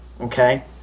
Okay